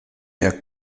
jak